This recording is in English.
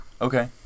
Okay